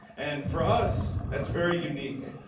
and for us that's very unique.